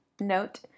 note